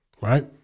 right